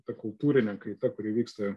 ta kultūrinė kaita kuri vyksta